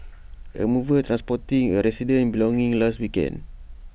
A mover transporting A resident's belongings last weekend